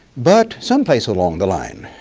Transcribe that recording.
but some place along the line,